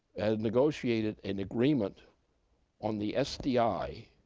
had negotiated an agreement on the sdi,